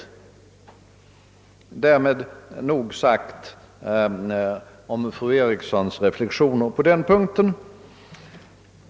Därmed nog sagt om fru Erikssons reflexioner på den punkten.